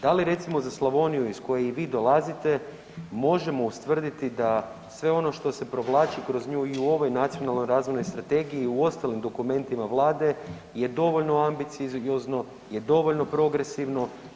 Da li recimo za Slavoniju iz koje i vi dolazite možemo ustvrditi da sve ono što se provlači kroz nju i u ovoj Nacionalnoj razvojnoj strategiji, u ostalim dokumentima Vlade je dovoljno ambiciozno, je dovoljno progresivno.